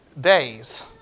days